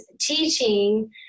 teaching